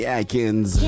Atkins